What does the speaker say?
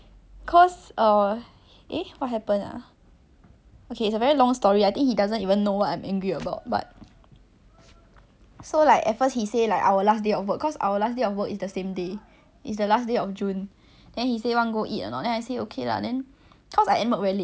so like at first he say like our last day of work cause our last day of work is the same day is the last day of june then he say want go eat or not then I say okay lah then cause I end work very late like I end work at eleven P_M then he say go eat 海底捞 cause that's the only thing that is open then I say okay then afterwards right I think 他不想去